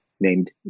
named